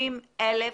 150,000